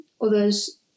others